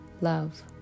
love